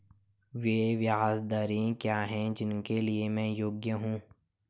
वे ब्याज दरें क्या हैं जिनके लिए मैं योग्य हूँ?